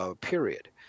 period